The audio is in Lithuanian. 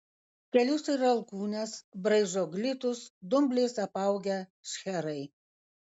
kelius ir alkūnes braižo glitūs dumbliais apaugę šcherai